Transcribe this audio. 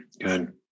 good